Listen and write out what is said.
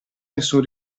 nessun